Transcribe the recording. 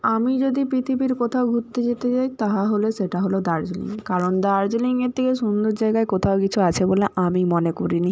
আমি যদি পৃথিবীর কোথাও ঘুরতে যেতে চাই তাহলে সেটা হলো দার্জিলিং কারণ দার্জিলিংয়ের থেকে সুন্দর জায়গায় কোথাও কিছু আছে বলে আমি মনে করিনি